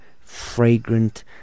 fragrant